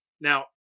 Now